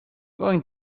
going